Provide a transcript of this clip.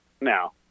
now